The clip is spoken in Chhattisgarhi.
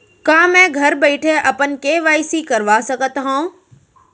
का मैं घर बइठे अपन के.वाई.सी करवा सकत हव?